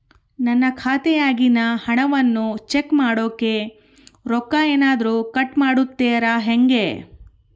ನನ್ನ ಖಾತೆಯಾಗಿನ ಹಣವನ್ನು ಚೆಕ್ ಮಾಡೋಕೆ ರೊಕ್ಕ ಏನಾದರೂ ಕಟ್ ಮಾಡುತ್ತೇರಾ ಹೆಂಗೆ?